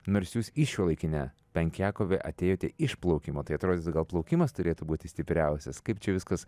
nors jūs į šiuolaikinę penkiakovę atėjote iš plaukimo tai atrodytų gal plaukimas turėtų būti stipriausias kaip čia viskas